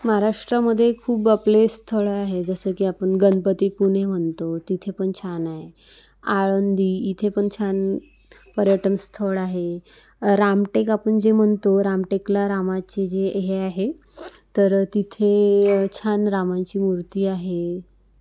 महाराष्ट्रामध्ये खूप आपले स्थळं आहे जसं की आपण गणपती पुणे म्हणतो तिथे पण छान आहे आळंदी इथे पण छान पर्यटन स्थळ आहे रामटेक आपण जे म्हणतो रामटेकला रामाचे जे हे आहे तर तिथे छान रामांची मूर्ती आहे